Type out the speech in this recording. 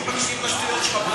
מי מקשיב לשטויות שלך בכלל?